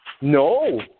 No